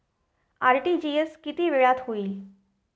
RTGS किती वेळात होईल?